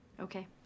Okay